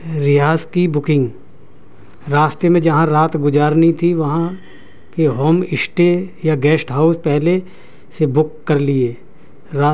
ریاض کی بکنگ راستے میں جہاں رات گزارنی تھی وہاں کہ ہوم اسٹے یا گیسٹ ہاؤس پہلے سے بک کر لیے